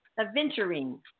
adventuring